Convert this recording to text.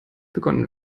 begonnen